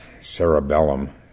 cerebellum